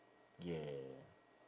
yeah